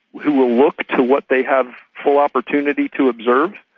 who will look to what they have full opportunity to observe.